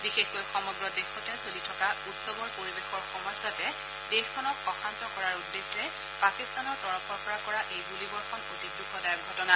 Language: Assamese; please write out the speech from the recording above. বিশেষকৈ সমগ্ৰ দেশতে চলি থকা উৎসৱৰ পৰিৱেশৰ সময়ছোৱাতে দেশখনক অশান্ত কৰাৰ উদ্দেশ্যে পাকিস্তানৰ তৰফৰ পৰা কৰা এই গুলীবৰ্ষণ অতি দুখদায়ক ঘটনা